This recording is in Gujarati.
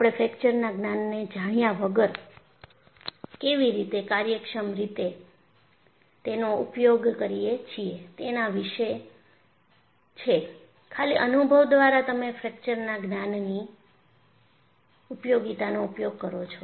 આપણે ફ્રેકચરના જ્ઞાનને જાણ્યા વગર કેવી રીતે કાર્યક્ષમ રીતે તેનો ઉપયોગ કરીએ છીએ તેના વિશે છે ખાલી અનુભવ દ્વારા તમે ફ્રેકચરના જ્ઞાનની ઉપયોગિતાનો ઉપયોગ કરો છો